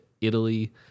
Italy